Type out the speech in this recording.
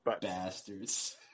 bastards